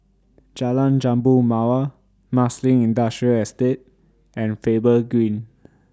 Jalan Jambu Mawar Marsiling Industrial Estate and Faber Green